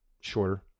shorter